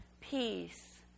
peace